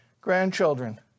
grandchildren